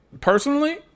personally